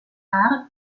haar